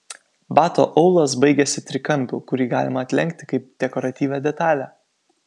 bato aulas baigiasi trikampiu kurį galima atlenkti kaip dekoratyvią detalę